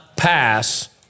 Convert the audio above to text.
pass